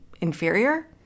inferior